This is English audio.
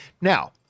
Now